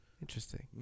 Interesting